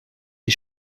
les